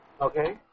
Okay